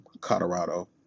Colorado